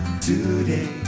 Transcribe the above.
today